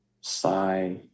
sigh